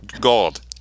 gold